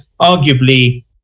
arguably